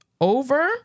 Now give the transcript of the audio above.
over